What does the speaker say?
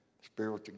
Spiritual